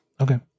Okay